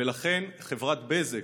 ולכן חברת בזק,